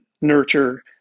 nurture